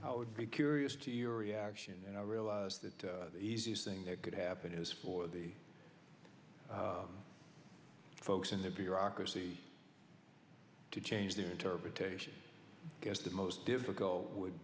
i would be curious to your reaction and i realize that the easiest thing that could happen is for the folks in the bureaucracy to change their interpretation because the most difficult would